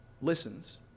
listens